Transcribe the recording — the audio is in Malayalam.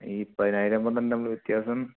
ഈ പതിനായിരവും പന്ത്രണ്ടും തമ്മിൽ ഉള്ള വ്യത്യാസം